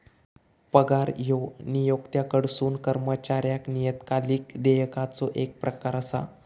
पगार ह्यो नियोक्त्याकडसून कर्मचाऱ्याक नियतकालिक देयकाचो येक प्रकार असा